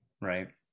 right